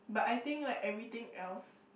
but I think like everything else